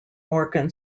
morgan